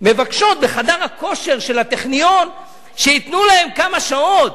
מבקשות בחדר הכושר של הטכניון שייתנו להן כמה שעות.